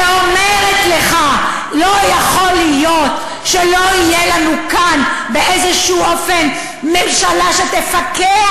ואומרת לך: לא יכול להיות שלא תהיה לנו כאן באיזשהו אופן ממשלה שתפקח,